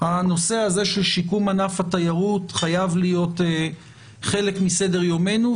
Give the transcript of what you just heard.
הנושא הזה של שיקום ענף התיירות חייב להיות חלק מסדר-יומנו,